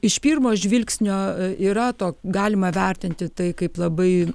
iš pirmo žvilgsnio yra to galima vertinti tai kaip labai